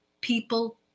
people